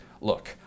look